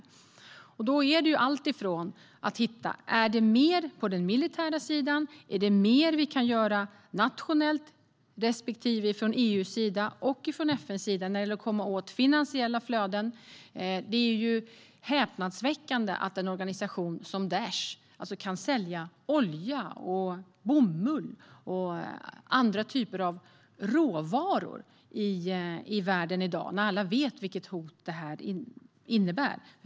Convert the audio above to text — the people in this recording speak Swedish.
Det handlar om att hitta alltifrån om det finns mer på den militära sidan till om det finns mer vi kan göra nationellt respektive från EU:s och FN:s sida när det gäller att komma åt finansiella flöden. Det är häpnadsväckande att en organisation som Daish kan sälja olja, bomull och andra typer av råvaror i världen i dag, när alla vet vilket hot det innebär.